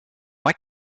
why